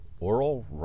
Oral